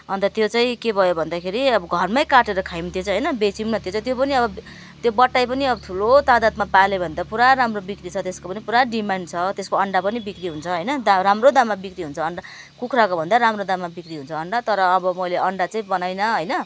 अन्त त्यो चाहिँ के भयो भन्दाखेरि अब घरमा काटेर खायौँ त्यो चाहिँ होइन बेच्यौँ न त्यो चाहिँ त्यो पनि अब त्यो बट्टाइ पनि अब ठुलो तादातमा पाल्यौँ भने त पुरा राम्रो बिक्री छ त्यसको पनि पुरा डिमान्ड छ त्यसको अन्डा पनि बिक्री हुन्छ होइन दाम राम्रो दाममा बिक्री हुन्छ अन्डा कुखुराको भन्दा राम्रो दाममा बिक्री हुन्छ अन्डा तर अब मैले अन्डा चाहिँ बनाइनँ होइन